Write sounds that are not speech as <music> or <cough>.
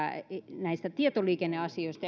näistä tietoliikenneasioista <unintelligible>